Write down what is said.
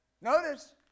Notice